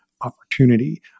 opportunity